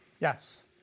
Yes